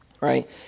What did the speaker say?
right